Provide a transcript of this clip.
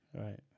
Right